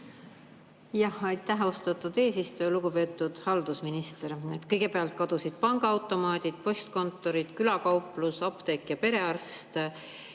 Aitäh, austatud eesistuja! Lugupeetud [riigi]halduse minister! Kõigepealt kadusid pangaautomaat, postkontor, külakauplus, apteek ja perearst.